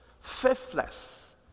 faithless